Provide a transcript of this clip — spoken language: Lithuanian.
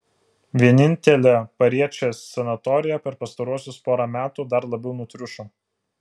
vienintelė pariečės sanatorija per pastaruosius porą metų dar labiau nutriušo